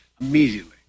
immediately